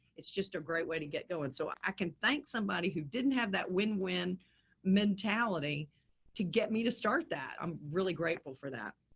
it's just a great way to get going. so i can thank somebody who didn't have that win-win mentality to get me to start that. i'm really grateful for that.